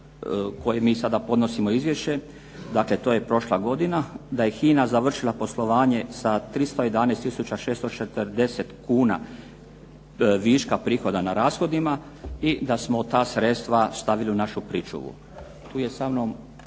kojem mi sada podnosimo izvješće, dakle to je prošla godina, da je HINA završila poslovanje sa 311 tisuća 640 kuna viška prihoda na rashodima i da smo ta sredstva stavili u našu pričuvu. Tu je sa mnom